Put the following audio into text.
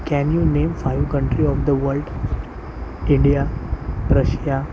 can you name five country of the world India Prussia